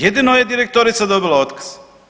Jedino je direktorica dobila otkaz.